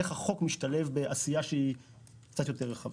איך החוק משתלב בעשייה קצת יותר רחבה.